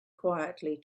quietly